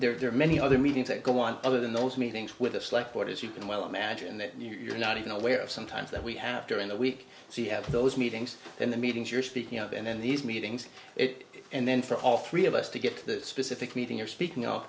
plan there are many other meetings that go on other than those meetings with a select board as you can well imagine that you're not even aware of sometimes that we have during the week so you have those meetings in the meetings you're speaking of and then these meetings it and then for all three of us to get to that specific meeting you're speaking of